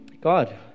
God